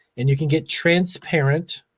and you can get transparent